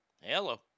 Hello